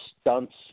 stunts